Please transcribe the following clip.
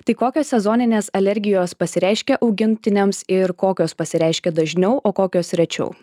tai kokios sezoninės alergijos pasireiškia augintiniams ir kokios pasireiškia dažniau o kokios rečiau